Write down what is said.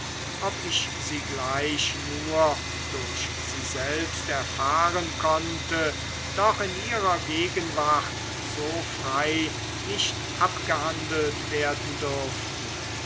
ob ich sie gleich nur durch sie selbst erfahren konnte doch in ihrer gegenwart so frei nicht abgehandelt werden dürften